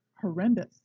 horrendous